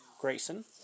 Grayson